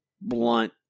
blunt